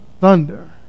thunder